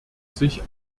sich